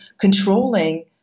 controlling